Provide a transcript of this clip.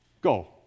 Go